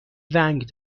ونگ